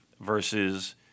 versus